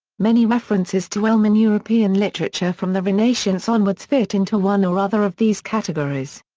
many references to elm in european literature from the renaissance onwards fit into one or other of these categories.